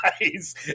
guys